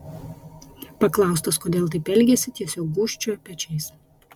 paklaustas kodėl taip elgėsi tiesiog gūžčiojo pečiais